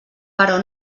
però